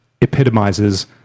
epitomizes